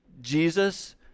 Jesus